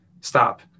stop